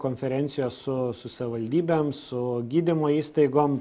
konferencijos su su savivaldybėm su gydymo įstaigom